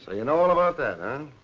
ah you know all about that, and